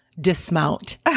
dismount